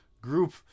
group